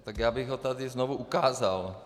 Tak já bych ho tady znovu ukázal.